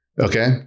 okay